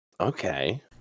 Okay